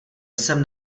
jsem